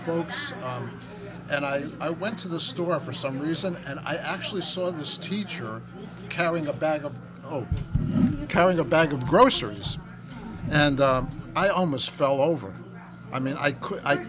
folks and i i went to the store for some reason and i actually saw this teacher carrying a bag of oh carrying a bag of groceries and i almost fell over i mean i